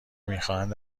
میخواهند